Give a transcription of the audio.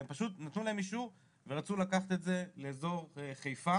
נתנו להם אישור ורצו לקחת את זה לאזור חיפה